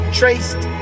traced